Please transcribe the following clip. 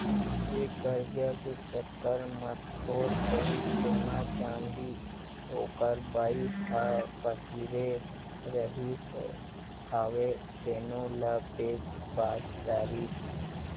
ये करजा के चक्कर म थोर बहुत सोना, चाँदी ओखर बाई ह पहिरे रिहिस हवय तेनो ल बेच भांज डरिस